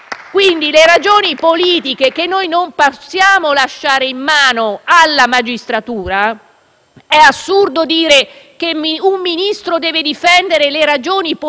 È assurdo dire che un Ministro deve difendere le ragioni politiche nel processo: questo è pericoloso,